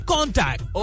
Contact